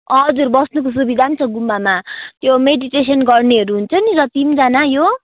हजुर बस्नुको सुविधा पनि छ गुम्बामा त्यो मेडिटेसन गर्नेहरू हुन्छ नि जति पनि जना यो